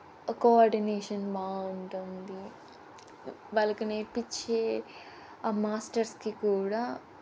coordination బాగుంటుంది వాళ్ళకి నేర్పించే ఆ మాస్టర్స్కి కూడా